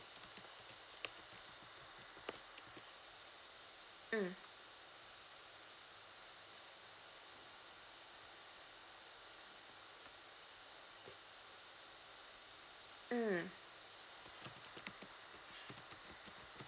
mm mm